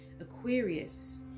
Aquarius